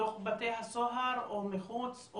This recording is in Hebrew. בתוך בתי הסוהר או מחוץ?